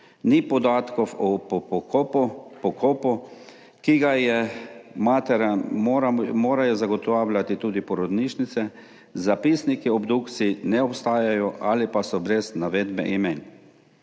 ni podatkov o pokopu, ki ga materam morajo zagotavljati tudi porodnišnice, zapisniki obdukcij ne obstajajo ali pa so brez navedbe imen.